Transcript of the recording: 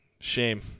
Shame